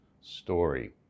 story